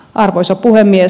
arvoisa puhemies